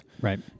Right